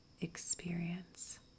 experience